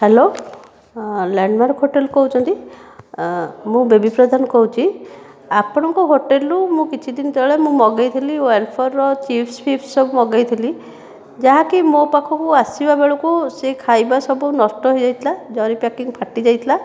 hello landmark hotel କହୁଛନ୍ତି ମୁଁ ବେବି ପ୍ରଧାନ କହୁଛି ଆପଣ ଙ୍କ ହୋଟେଲରୁ ମୁଁ କିଛି ଦିନ ତଳେ ମୁଁ ମଗେଇଥିଲି ୱାଲଫରର ଚିପ୍ସ ଫିପ୍ସ ସବୁ ମଗେଇଥିଲି ଯାହାକି ମୋ ପାଖକୁ ଆସିବା ବେଳ କୁ ସେ ଖାଇବା ସବୁ ନଷ୍ଟ ହୋଇଯାଇଥିଲା ଜରି ପ୍ୟାକିଂ ଫାଟି ଯାଇଥିଲା